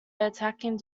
attacking